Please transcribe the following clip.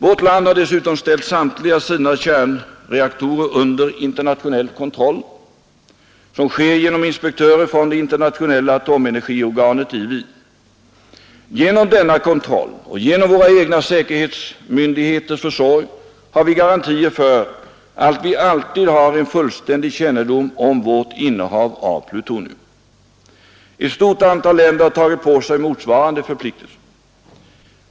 Vårt land har dessutom ställt samtliga sina kärnreaktorer under internationell kontroll, som sker genom inspektörer från det internationella atomenergiorganet i Wien. Genom denna kontroll och genom våra egna säkerhetsmyndigheters försorg har vi garantier för att vi alltid har en fullständig kännedom om vårt innehav av plutonium. Ett stort antal länder har tagit på sig motsvarande förpliktelser.